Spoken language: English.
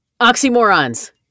Oxymorons